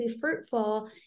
fruitful